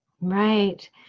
Right